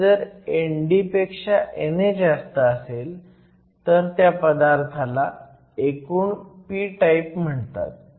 पण जर ND पेक्षा NA जास्त असेल तर त्या पदार्थाला एकूण p टाईप म्हणतात